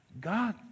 God